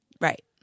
right